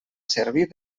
servir